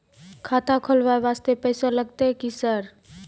खाता खोलबाय वास्ते पैसो लगते की सर?